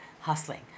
hustling